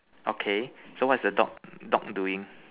okay so what is the dog dog doing